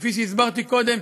וכפי שהסברתי קודם,